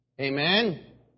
Amen